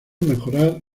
mejorar